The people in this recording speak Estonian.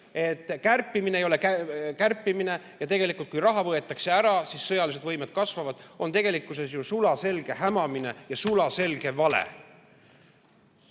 et kärpimine ei ole kärpimine ja tegelikult, kui raha võetakse ära, siis sõjalised võimed kasvavad, on tegelikkuses ju sulaselge hämamine ja sulaselge